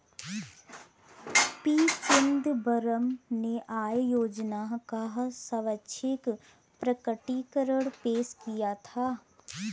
P Chidambaram ने आय योजना का स्वैच्छिक प्रकटीकरण पेश किया था